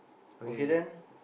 okay then